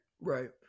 right